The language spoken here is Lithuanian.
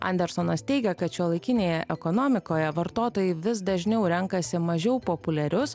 andersonas teigia kad šiuolaikinėje ekonomikoje vartotojai vis dažniau renkasi mažiau populiarius